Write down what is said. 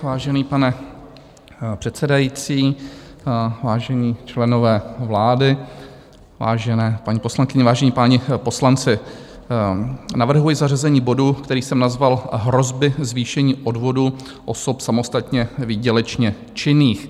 Vážený pane předsedající, vážení členové vlády, vážené paní poslankyně, vážení páni poslanci, navrhuji zařazení bodu, který jsem nazval Hrozby zvýšení odvodů osob samostatně výdělečně činných.